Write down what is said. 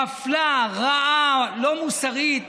מפלה, רעה, לא מוסרית,